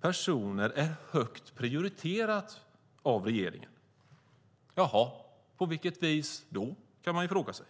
personer är högt prioriterat av regeringen. Jaha! På vilket vis då, kan man fråga sig.